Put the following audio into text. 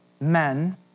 men